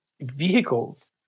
vehicles